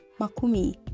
makumi